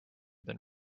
than